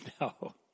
no